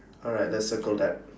alright let's circle that